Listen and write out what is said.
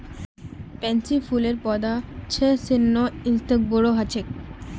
pansy फूलेर पौधा छह स नौ इंच तक बोरो ह छेक